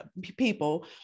people